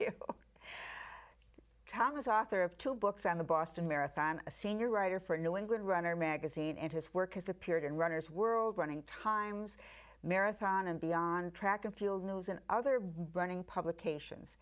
jan tamas author of two books on the boston marathon a senior writer for a new england runner magazine and his work has appeared in runner's world running times marathon and beyond track and field news and other burning publications